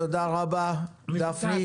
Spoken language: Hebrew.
תודה רבה, גפני.